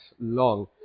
long